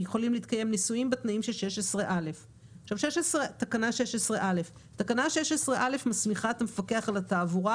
שיכולים להתקיים ניסויים בתנאים של 16א. תקנה 16א מסמיכה את המפקח על התעבורה,